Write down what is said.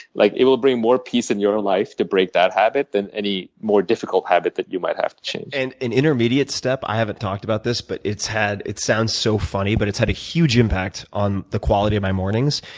like it will bring more peace in your life to break that habit than any more difficult habit that you might have to change. and an intermediate step, i haven't talked about this but it sounds so funny. but it's had a huge impact on the quality of my mornings.